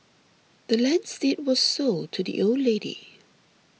the land's deed was sold to the old lady